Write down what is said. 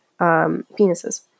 penises